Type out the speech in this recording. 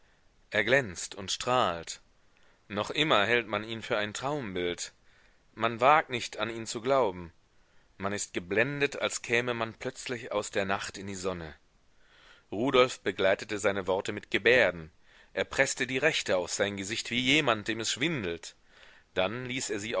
er glänzt und strahlt noch immer hält man ihn für ein traumbild man wagt nicht an ihn zu glauben man ist geblendet als käme man plötzlich aus der nacht in die sonne rudolf begleitete seine worte mit gebärden er preßte die rechte auf sein gesicht wie jemand dem es schwindelt dann ließ er sie